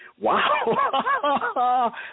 Wow